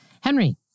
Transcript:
Henry